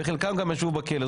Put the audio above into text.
וחלקם גם ישבו בכלא.